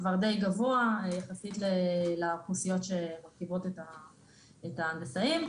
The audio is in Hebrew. כבר די גבוה יחסית לאוכלוסיות שמרכיבות את ההנדסאים.